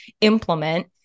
implement